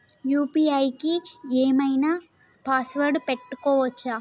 UPI కి ఏం ఐనా పాస్వర్డ్ పెట్టుకోవచ్చా?